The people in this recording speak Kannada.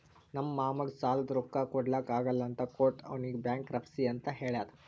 ನಮ್ ಮಾಮಾಗ್ ಸಾಲಾದ್ ರೊಕ್ಕಾ ಕೊಡ್ಲಾಕ್ ಆಗಲ್ಲ ಅಂತ ಕೋರ್ಟ್ ಅವ್ನಿಗ್ ಬ್ಯಾಂಕ್ರಪ್ಸಿ ಅಂತ್ ಹೇಳ್ಯಾದ್